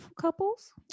couples